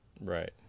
right